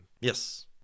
Yes